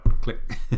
click